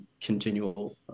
continual